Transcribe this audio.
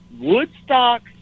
Woodstock